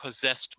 possessed